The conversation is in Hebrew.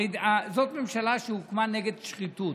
הרי זאת ממשלה שהוקמה נגד שחיתות.